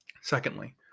Secondly